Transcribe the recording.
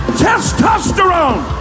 testosterone